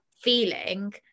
feeling